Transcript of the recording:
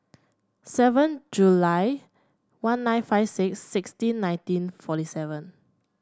seven July one nine five six sixteen nineteen forty seven